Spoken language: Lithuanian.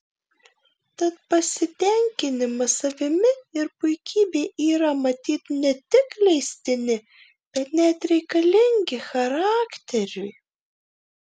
tad pasitenkinimas savimi ir puikybė yra matyt ne tik leistini bet net reikalingi charakteriui